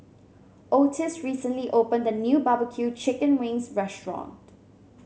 Ottis recently opened a new barbecue Chicken Wings restaurant